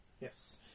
yes